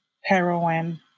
heroin